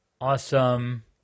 awesome